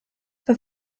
for